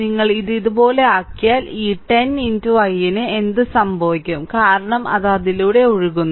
നിങ്ങൾ ഇത് ഇതുപോലെയാക്കിയാൽ ഈ 10 i ന് എന്ത് സംഭവിക്കും കാരണം അത് അതിലൂടെ ഒഴുകുന്നു